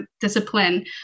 discipline